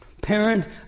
Parent